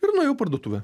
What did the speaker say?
ir nuėjau į parduotuvę